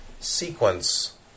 sequence